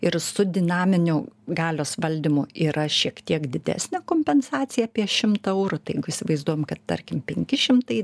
ir su dinaminiu galios valdymu yra šiek tiek didesnė kompensacija apie šimtą eurų tai įsivaizduojam kad tarkim penki šimtai